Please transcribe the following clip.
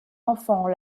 enfant